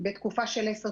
בתקופה של 10 שנים.